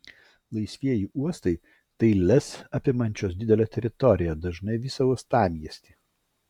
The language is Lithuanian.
laisvieji uostai tai lez apimančios didelę teritoriją dažnai visą uostamiestį